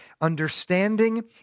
understanding